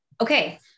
Okay